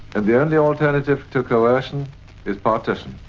and the only alternative to coercion is partition.